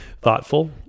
thoughtful